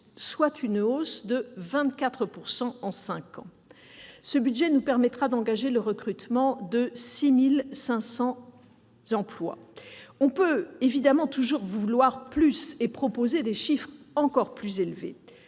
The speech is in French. soit une hausse de 24 %. Cela nous permettra d'engager le recrutement de 6 500 emplois. On peut évidemment vouloir toujours plus et proposer des chiffres encore plus élevés